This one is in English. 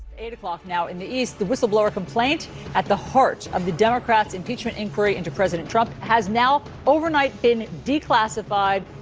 eight o'clock now in the east. the whistleblower complaint at the heart of the democrats impeachment inquiry into president trump has now overnight been declassified.